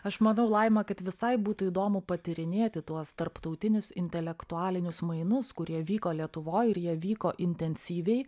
aš manau laima kad visai būtų įdomu patyrinėti tuos tarptautinius intelektualinius mainus kurie vyko lietuvoj ir jie vyko intensyviai